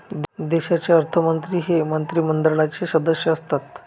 देशाचे अर्थमंत्री हे मंत्रिमंडळाचे सदस्य असतात